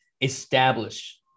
establish